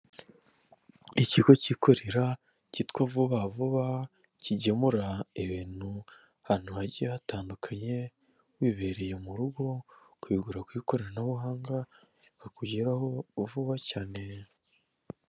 Ikigo cyikorera cyitwa Vuba vuba kigemura ibintu ahantu hagiye hatandukanye, wibereye mu rugo ukabigura ku ikoranabuhanga bikakugeraho vuba cyane.